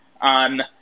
on